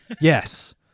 yes